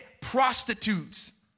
prostitutes